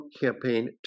campaign